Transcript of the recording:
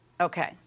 Okay